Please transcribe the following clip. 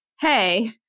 hey